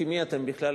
כי מי אתם בכלל?